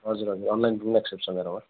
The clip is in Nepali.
हजुर हजुर अनलाइन पनि एक्सेप्ट छ मेरोमा